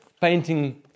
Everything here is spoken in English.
painting